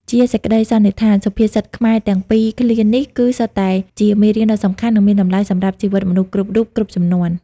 ជាសេចក្តីសន្និដ្ឋាន សុភាសិតខ្មែរទាំងពីរឃ្លានេះ គឺសុទ្ធតែជាមេរៀនដ៏សំខាន់ និងមានតម្លៃសម្រាប់ជីវិតមនុស្សគ្រប់រូប គ្រប់ជំនាន់។